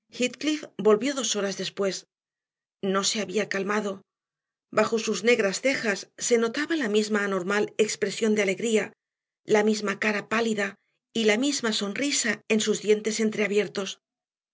volvió dos horas después no se había calmado bajo sus negras cejas se notaba la misma anormal expresión de alegría la misma cara pálida y la misma sonrisa en sus dientes